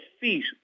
feet